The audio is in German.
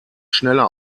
schneller